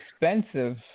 expensive